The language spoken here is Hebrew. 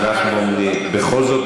אז לא.